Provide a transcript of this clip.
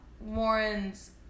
Warren's